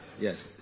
Yes